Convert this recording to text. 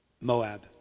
Moab